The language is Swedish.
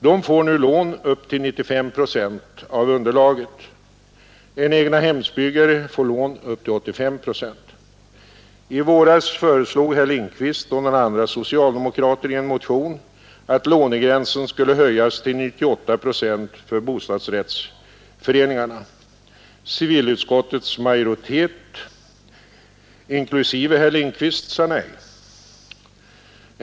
De får nu lån på upp till 95 procent av underlaget. En egnahemsbyggare får lån på upp till 85 procent. I våras föreslog herr Lindkvist och några andra socialdemokrater i en motion att lånegränsen skulle höjas till 98 procent för bostadsrättsföreningarna. Civilutskottets majoritet — inklusive herr Lindkvist — sade nej till detta.